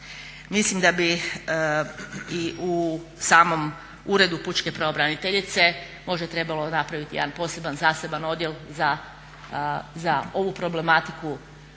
Mislim da bi i u samom Uredu pučke pravobraniteljice možda trebalo napraviti jedan poseban zaseban odjel za ovu problematiku